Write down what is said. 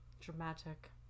Dramatic